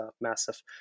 massive